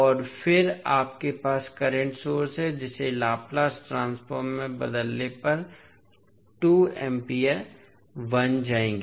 और फिर आपके पास करंट सोर्स है जिसे लाप्लास ट्रांसफॉर्म में बदलने पर 2 एम्पीयर बन जाएंगे